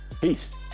peace